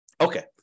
Okay